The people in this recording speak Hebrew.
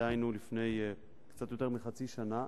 דהיינו לפני קצת יותר מחצי שנה,